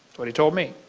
what he told me.